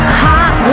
hot